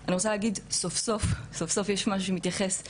או כמו שנאמר לי לפעמים אינוס אמיתי.